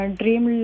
dream